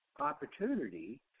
opportunity